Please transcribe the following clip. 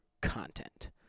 content